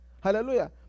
Hallelujah